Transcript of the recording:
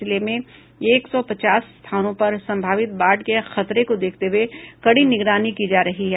जिले में एक सौ पचास स्थानों पर संभावित बाढ़ के खतरे को देखते हुए कड़ी निगरानी की जा रही है